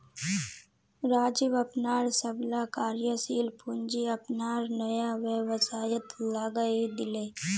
राजीव अपनार सबला कार्यशील पूँजी अपनार नया व्यवसायत लगइ दीले